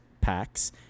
packs